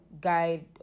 guide